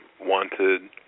wanted